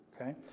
Okay